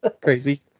crazy